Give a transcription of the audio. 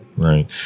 Right